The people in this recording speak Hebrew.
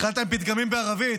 התחלת עם פתגמים בערבית,